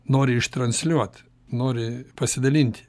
nori ištransliuot nori pasidalinti